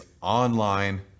online